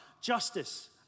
justice